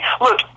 Look